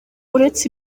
uretse